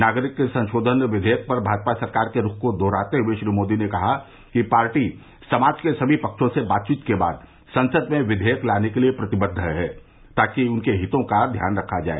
नागरिक संशोधन विधेयक पर भाजपा सरकार के रूख को दोहराते हुए श्री मोदी ने कहा कि पार्टी समाज के सभी पक्षों से बातचीत के बाद संसद में विधेयक लाने के लिए प्रतिबद्ध है ताकि उनके हितों का ध्यान रखा जाए